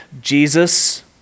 Jesus